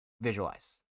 visualize